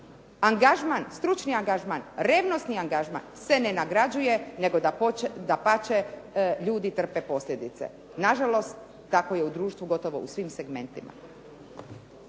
angažman, stručni angažman, revnosni angažman se ne nagrađuje nego dapače ljudi trpe posljedice. Nažalost, tako je u društvu gotovo u svim segmentima.